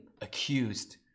accused